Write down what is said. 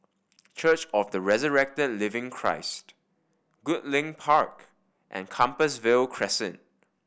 Church of the Resurrected Living Christ Goodlink Park and Compassvale Crescent